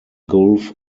gulf